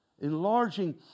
enlarging